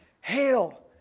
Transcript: Hail